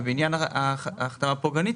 בעניין ההחתמה הפוגענית,